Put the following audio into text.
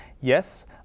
Yes